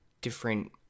different